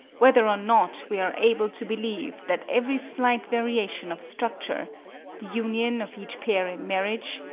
whether or not we are able to believe that every slight variation of structure the union of each pair in marriage,